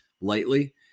lightly